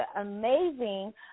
amazing